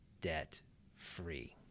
debt-free